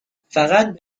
فقط